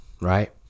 right